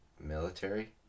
military